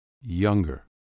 Younger